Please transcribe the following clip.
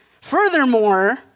Furthermore